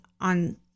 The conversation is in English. on